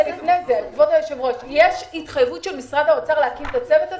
יש התחייבות של משרד האוצר להקים את הצוות הזה.